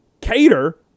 Cater